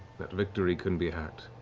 that victory can be had,